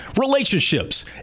relationships